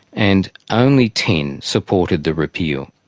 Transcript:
and only ten supported the repeal.